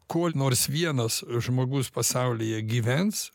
kol nors vienas žmogus pasaulyje gyvens